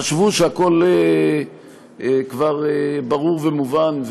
חשבו שהכול כבר ברור ומובן,